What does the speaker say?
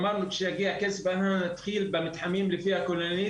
אמרנו שכשיגיע הכסף אנחנו נתחיל במתחמים לפי הכוללנית,